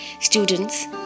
students